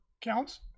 counts